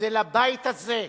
זה לבית הזה,